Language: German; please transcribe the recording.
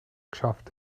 geschafft